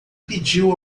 pediu